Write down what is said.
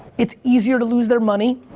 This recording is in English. it's easier to lose their money.